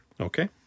Okay